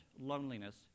loneliness